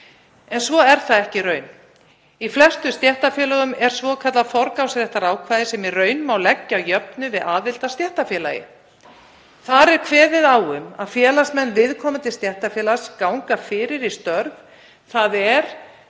en svo er ekki í raun. Í flestum stéttarfélögum er svokallað forgangsréttarákvæði sem í raun má leggja að jöfnu við aðild að stéttarfélagi. Þar er kveðið á um að félagsmenn viðkomandi stéttarfélags ganga fyrir um störf, þ.e.